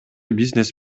бизнес